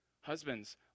Husbands